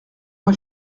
moi